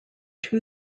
two